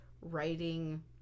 writing